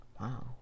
Wow